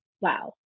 wow